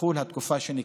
תחול התקופה שנקבעה.